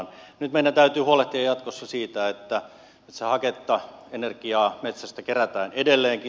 nyt meidän täytyy huolehtia jatkosssa siitä että metsähaketta energiaa metsästä kerätään edelleenkin